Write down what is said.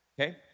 okay